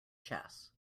chess